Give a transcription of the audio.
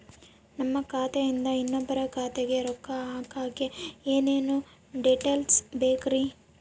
ನಮ್ಮ ಖಾತೆಯಿಂದ ಇನ್ನೊಬ್ಬರ ಖಾತೆಗೆ ರೊಕ್ಕ ಹಾಕಕ್ಕೆ ಏನೇನು ಡೇಟೇಲ್ಸ್ ಬೇಕರಿ?